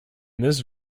this